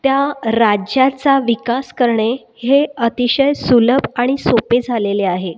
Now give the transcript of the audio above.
त्या राज्याचा विकास करणे हे अतिशय सुलभ आणि सोपे झालेले आहे